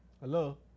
Hello